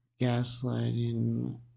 Gaslighting